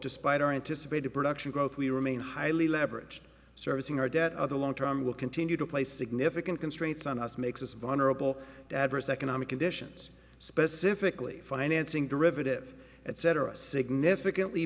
despite our anticipated production growth we remain highly leveraged servicing our debt other long term will continue to play significant constraints on us makes us vulnerable to adverse economic conditions specifically financing derivative etc significantly